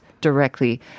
directly